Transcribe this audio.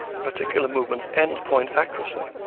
a particular movement's end-point accuracy,